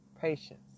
patience